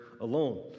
alone